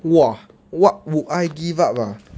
!wah! what would I give up ah